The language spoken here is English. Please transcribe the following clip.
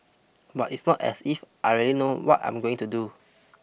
but it's not as if I really know what I'm going to do